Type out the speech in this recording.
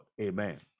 Amen